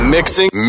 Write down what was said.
Mixing